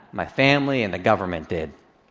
my family and the government did.